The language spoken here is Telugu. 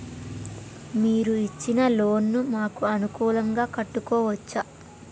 మీరు ఇచ్చిన లోన్ ను మాకు అనుకూలంగా కట్టుకోవచ్చా?